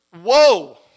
Whoa